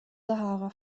sahara